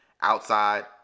Outside